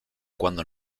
cuando